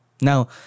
Now